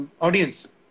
audience